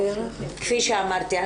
כפי שאמרתי,